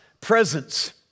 presence